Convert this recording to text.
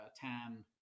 tan